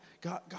God